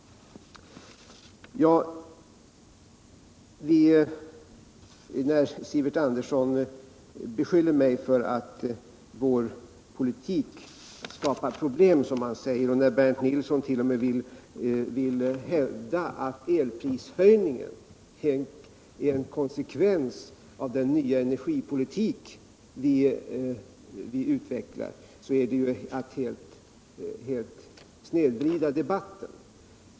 Sivert Andersson beskyller oss för att med vår politik skapa problem, och Bernt Nilsson vill t.o.m. hävda att elprishöjningen är en konsekvens av den nya energipolitik vi utvecklar. Det är att helt snedvrida debatten.